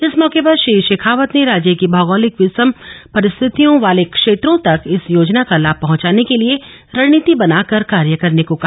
इस मौके पर श्री शेखावत ने राज्य की भौगोलिक विषम परिस्थियों वाले क्षेत्रों तक इस योजना का लाम पहुंचाने के लिए रणनीति बनाकर कार्य करने को कहा